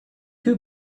two